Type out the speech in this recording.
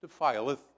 defileth